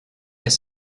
est